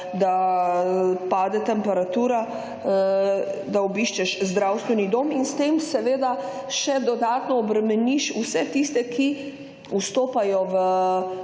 da pade temperatura, da obiščeš zdravstveni dom in s tem seveda še dodatno obremeniš vse tiste, ki vstopajo v